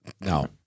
No